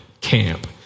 camp